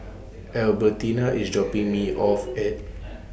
Albertina IS dropping Me off At